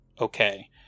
okay